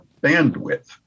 bandwidth